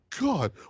God